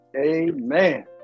Amen